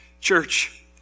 church